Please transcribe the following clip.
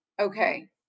Okay